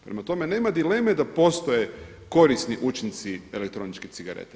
Prema tome, nema dileme da postoje korisni učinci elektroničke cigarete.